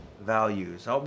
Values